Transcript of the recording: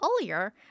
earlier